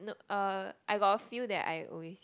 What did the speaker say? no uh I got a few that I always